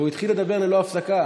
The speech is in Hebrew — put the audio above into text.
והוא התחיל לדבר ללא הפסקה.